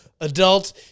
adult